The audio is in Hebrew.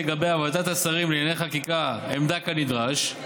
לגביה ועדת שרים לענייני חקיקה עמדה כנדרש,